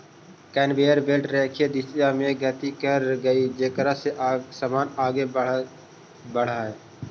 conveyor belt रेखीय दिशा में गति करऽ हई जेकरा से समान आगे बढ़ऽ हई